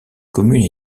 commune